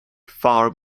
far